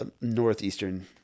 northeastern